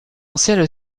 ancienne